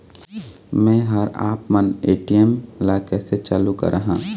मैं हर आपमन ए.टी.एम ला कैसे चालू कराहां?